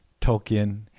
Tolkien